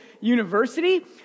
University